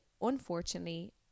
unfortunately